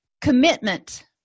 Commitment